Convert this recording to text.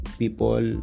people